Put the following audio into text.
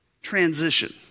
transition